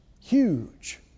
huge